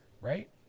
Right